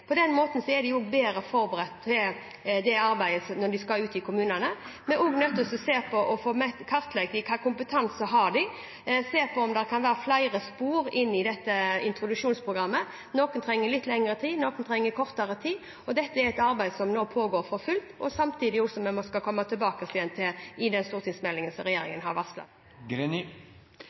måten er de bedre forberedt på arbeidet når de skal ut i kommunene. Vi er også nødt til å se på og kartlegge hvilken kompetanse de har, se på om det kan være flere spor inn i dette introduksjonsprogrammet. Noen trenger litt lengre tid, noen trenger kortere tid. Dette er et arbeid som nå pågår for fullt, og dette skal vi komme tilbake til i den stortingsmeldingen som